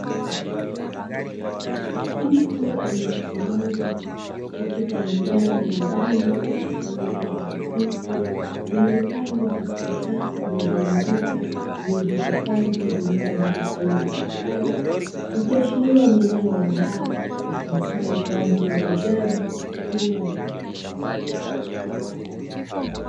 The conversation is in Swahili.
Mtu aliyesimama katika eneo la ndani lenye mwanga hafifu lililopangwa katika safu zilizonyooka zilizohifadhi vinywaji vya aina mbalimbali, likiashiria ni eneo la baa litumikalo kwa ajili ya uuzaji wa vinywaji